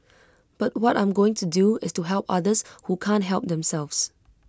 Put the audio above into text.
but what I'm going to do is to help others who can't help themselves